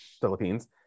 Philippines